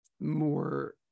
more